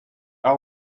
are